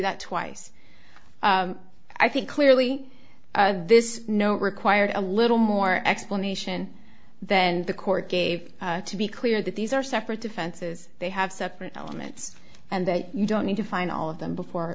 that twice i think clearly this no required a little more explanation than the court gave to be clear that these are separate offenses they have separate elements and that you don't need to find all of them before